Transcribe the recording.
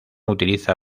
utiliza